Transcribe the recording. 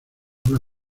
una